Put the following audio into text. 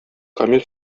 камил